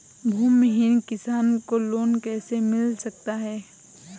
भूमिहीन किसान को लोन कैसे मिल सकता है?